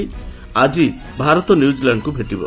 ଆଜି ଭାରତ ନ୍ୟୁଜିଲ୍ୟାଣ୍ଡକୁ ଭେଟିବ